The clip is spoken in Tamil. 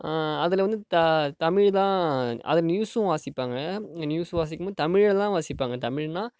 அதில் வந்து தமிழ்தான் அதில் நியூஸ்ஸும் வாசிப்பாங்க நியூஸ் வாசிக்கும் போது தமிழில் தான் வாசிப்பாங்க தமிழ்னால்